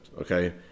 okay